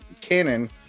canon